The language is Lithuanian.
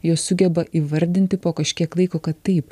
jos sugeba įvardinti po kažkiek laiko kad taip